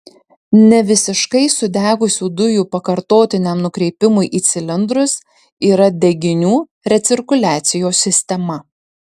nevisiškai sudegusių dujų pakartotiniam nukreipimui į cilindrus yra deginių recirkuliacijos sistema